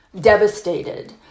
devastated